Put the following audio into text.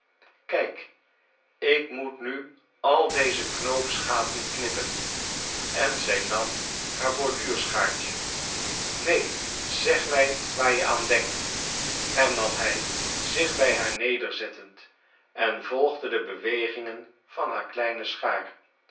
kijk ik moet nu al deze knoopsgaten knippen en zij nam haar borduurschaartje neen zeg mij waar je aan denkt hernam hij zich bij haar nederzettend en volgde de bewegingen van haar kleine schaar